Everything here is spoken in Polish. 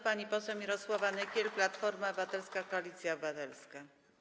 Pani poseł Mirosława Nykiel, Platforma Obywatelska - Koalicja Obywatelska.